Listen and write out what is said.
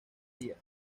día